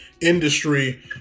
industry